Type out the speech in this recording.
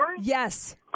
Yes